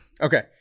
Okay